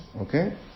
Okay